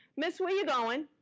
miss, where are you going?